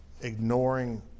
ignoring